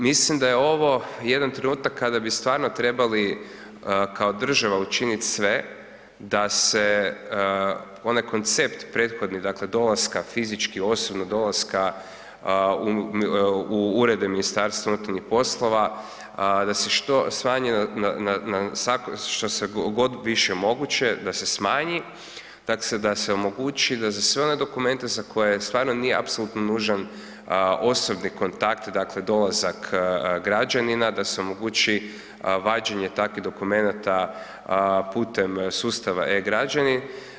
Mislim da je ovo jedan trenutak kada bi stvarno trebali kao država učinit sve da se onaj koncept prethodni, dakle dolaska fizički osobno, dolaska u urede MUP-a, da se smanje što god više moguće, da se smanji, dakle da se omogući da za sve one dokumente za koje stvarno nije apsolutno nužan osobni kontakt, dakle dolazak građanina, da se omogući vađenje takvih dokumenata putem sustava E-građanin.